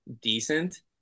decent